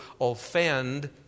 offend